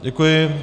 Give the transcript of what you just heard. Děkuji.